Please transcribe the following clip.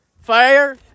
fire